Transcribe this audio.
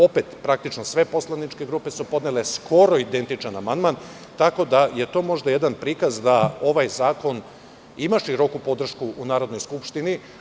Opet, praktično sve poslaničke grupe su podnele skoro identičan amandman, tako da je to možda jedan prikaz da ovaj zakon ima široku podršku u Narodnoj skupštini.